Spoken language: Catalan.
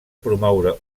promoure